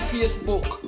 Facebook